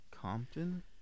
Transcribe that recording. Compton